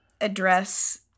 address